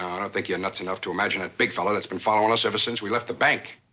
i don't think you're nuts enough to imagine that big fellow that's been following us ever since we left the bank.